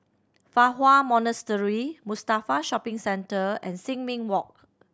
Fa Hua Monastery Mustafa Shopping Centre and Sin Ming Walk